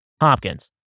Hopkins